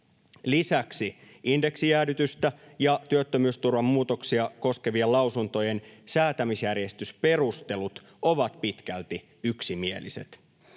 Lisäksi indeksijäädytystä ja työttömyysturvan muutoksia koskevien lausuntojen säätämisjärjestysperustelut ovat pitkälti yksimieliset.